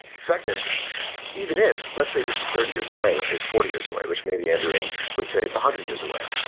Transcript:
second even if let's say this is thirty years away. let's say it's forty years away, which maybe andrew ng would say it's a hundred years away.